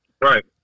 Right